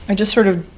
and just sort of